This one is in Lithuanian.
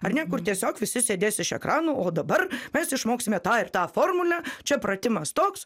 ar ne kur tiesiog visi sėdės iš ekranų o dabar mes išmoksime tą ir tą formulę čia pratimas toks